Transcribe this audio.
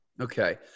Okay